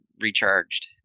recharged